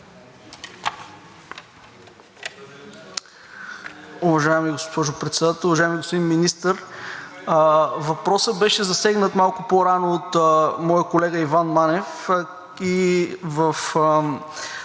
Уважаема госпожо Председател! Уважаеми господин Министър, въпросът беше засегнат малко по-рано от моя колега Иван Манев.